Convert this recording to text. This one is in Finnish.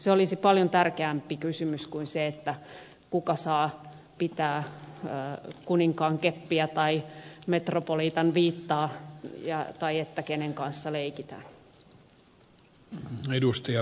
se olisi paljon tärkeämpi kysymys kuin se kuka saa pitää kuninkaan keppiä tai metropoliitan viittaa tai kenen kanssa leikitään